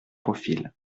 profils